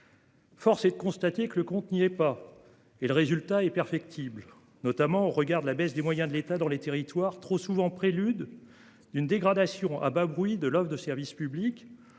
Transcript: Force est de constater que le compte n'y est pas. Et le résultat est perfectible, notamment au regard de la baisse des moyens de l'État dans les territoires trop souvent prélude d'une dégradation à bas bruit de l'offre de service public.